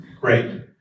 Great